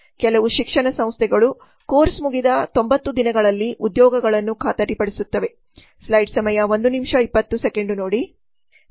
ಕೆಲವು ಶಿಕ್ಷಣ ಸಂಸ್ಥೆಗಳು ಕೋರ್ಸ್ ಮುಗಿದ 90 ದಿನಗಳಲ್ಲಿ ಉದ್ಯೋಗಗಳನ್ನು ಖಾತರಿಪಡಿಸುತ್ತವೆ